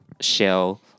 Shell